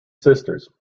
sisters